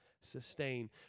sustain